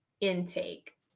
intake